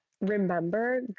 remember